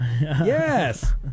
Yes